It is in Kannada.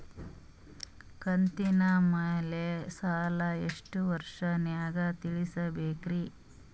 ಕಂತಿನ ಮ್ಯಾಲ ಸಾಲಾ ಎಷ್ಟ ವರ್ಷ ನ್ಯಾಗ ತೀರಸ ಬೇಕ್ರಿ?